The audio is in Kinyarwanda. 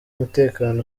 umutekano